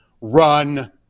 run